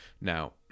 Now